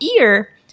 ear